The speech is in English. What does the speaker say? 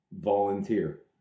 volunteer